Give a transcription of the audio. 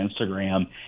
Instagram